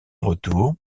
retour